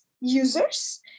users